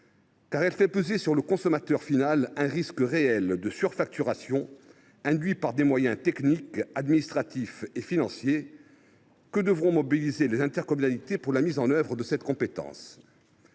qu’il ferait peser sur le consommateur final un risque réel de surfacturation, induit par les moyens techniques, administratifs et financiers que devront mobiliser les intercommunalités pour la mise en œuvre de cette compétence.